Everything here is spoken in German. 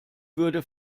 würde